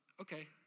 Okay